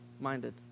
minded